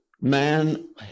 man